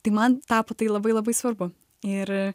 tai man tapo tai labai labai svarbu ir